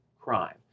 crime